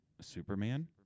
Superman